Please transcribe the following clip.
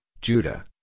Judah